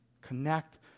connect